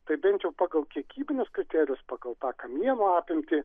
tai bent jau pagal kiekybinius kriterijus pagal tą kamieno apimtį